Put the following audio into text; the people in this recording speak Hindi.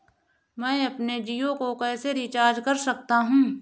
मैं अपने जियो को कैसे रिचार्ज कर सकता हूँ?